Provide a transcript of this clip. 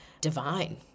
divine